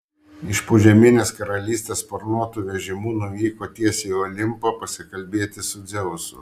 iš požeminės karalystės sparnuotu vežimu nuvyko tiesiai į olimpą pasikalbėti su dzeusu